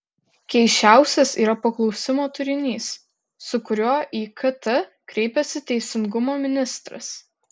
keisčiausias yra paklausimo turinys su kuriuo į kt kreipiasi teisingumo ministras